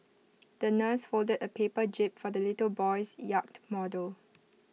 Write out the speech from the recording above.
the nurse folded A paper jib for the little boy's yacht model